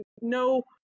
no